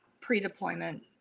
pre-deployment